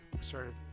started